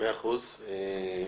מאה אחוז.